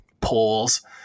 polls